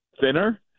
thinner